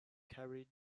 carried